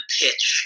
pitch